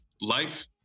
life